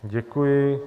Děkuji.